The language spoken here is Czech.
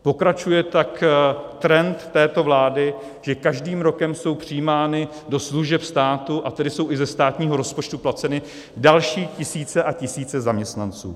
Pokračuje tak trend této vlády, že každým rokem jsou přijímány do služeb státu, a tedy jsou i ze státního rozpočtu placeny, další tisíce a tisíce zaměstnanců.